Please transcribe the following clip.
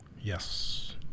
Yes